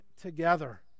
together